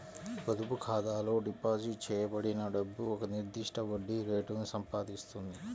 పొదుపు ఖాతాలో డిపాజిట్ చేయబడిన డబ్బు ఒక నిర్దిష్ట వడ్డీ రేటును సంపాదిస్తుంది